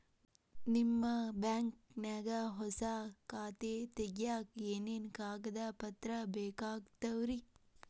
ನಿಮ್ಮ ಬ್ಯಾಂಕ್ ನ್ಯಾಗ್ ಹೊಸಾ ಖಾತೆ ತಗ್ಯಾಕ್ ಏನೇನು ಕಾಗದ ಪತ್ರ ಬೇಕಾಗ್ತಾವ್ರಿ?